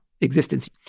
existence